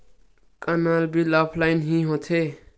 का नल bill offline हि होथे?